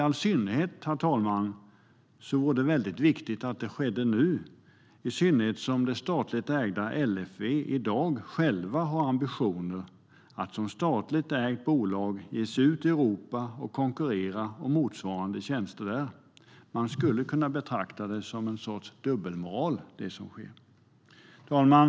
Det vore bra om detta kunde ske nu, i synnerhet som statliga LFV i dag har ambitioner att själva, som statligt ägt bolag, ge sig ut i Europa och konkurrera om motsvarande tjänster där. Man skulle kunna betrakta det som en dubbelmoral att så sker. Herr talman!